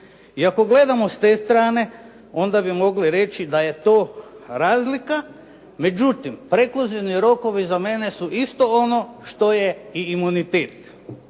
I ako gledamo s te strane onda bi mogli reći da je to razlika. Međutim, prekluzivni rokovi za mene su isto ono što je i imunitet.